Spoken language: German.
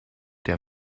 der